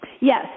Yes